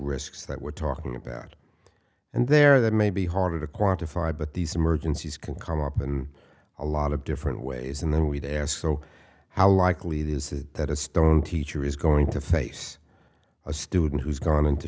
risks that we're talking about and there that may be hard to quantify but these emergencies can come up and a lot of different ways and then we to ask so how likely it is that a stone teacher is going to face a student who's going into